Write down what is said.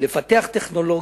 לפתח טכנולוגיות,